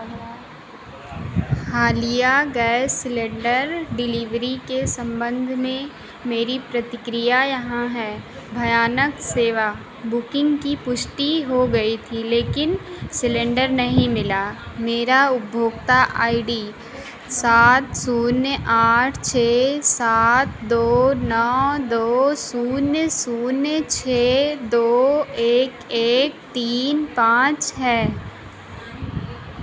हालिया gas cylinder delivery के संबंध में मेरी प्रतिक्रिया यहाँ है भयानक सेवा बुकिंग की पुष्टि हो गई थी लेकिन सिलेंडर नहीं मिला मेरा उपभोक्ता आई डी सात शून्य आठ छः सात दो नौ दो शून्य शून्य छः दो एक एक तीन पाँच है